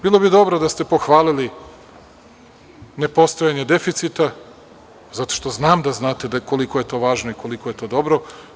Bilo bi dobro da ste pohvalili nepostojanje deficita zato što znam da znate koliko je to važno i koliko je to dobro.